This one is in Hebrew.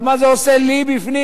אבל מה זה עושה לי בפנים,